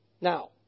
Now